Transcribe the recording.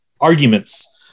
arguments